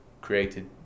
created